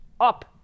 up